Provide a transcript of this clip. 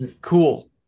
cool